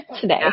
today